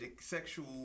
sexual